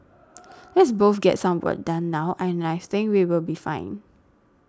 let's both get some work done now and I think we will be fine